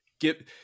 give